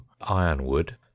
ironwood